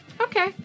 Okay